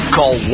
Call